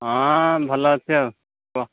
ହଁ ଭଲ ଅଛି ଆଉ କୁହ